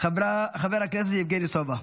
חבר הכנסת יבגני סובה.